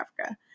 Africa